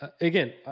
again